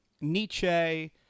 Nietzsche